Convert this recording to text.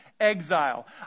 exile